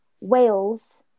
Wales